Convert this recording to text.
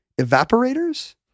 evaporators